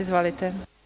Izvolite.